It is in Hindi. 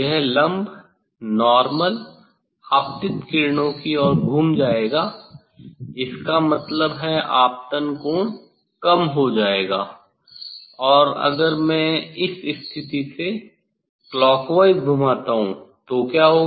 यह लम्ब आपतित किरणों की ओर जाएगा इसका मतलब है आपतन कोण कम हो जाएगा और अगर मैं इस स्थिति से क्लॉकवाइज घुमाता हूं तो क्या होगा